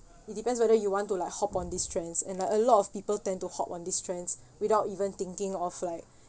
it depends whether you want to like hop on these trends and uh a lot of people tend to hop on this trends without even thinking of like